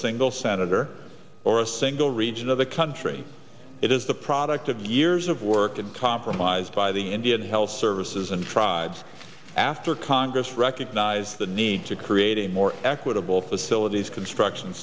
single senator or a single region of the country it is the product of years of work and compromised by the indian health services and tribes after congress recognize the need to create a more equitable facilities construction